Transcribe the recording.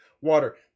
water